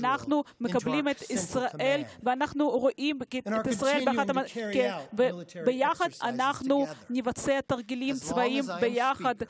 שילבנו את ישראל בפיקוד המרכזי שלנו וממשיכים לבצע תרגילים צבאיים יחד.